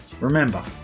remember